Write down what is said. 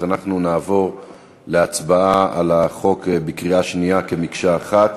אז אנחנו נעבור להצבעה על החוק בקריאה שנייה כמקשה אחת.